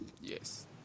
Yes